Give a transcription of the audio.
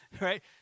right